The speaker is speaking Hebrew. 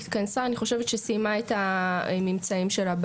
אני חושבת שסיימה את הממצאים שלה.